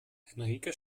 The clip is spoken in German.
henrike